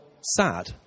sad